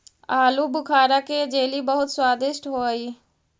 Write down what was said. आलूबुखारा के जेली बहुत स्वादिष्ट हई